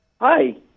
hi